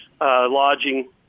Lodging